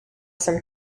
some